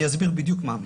אני אסביר בדיוק מה המחיר.